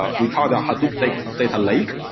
ah we call the hadoop data data lake,